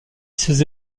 ses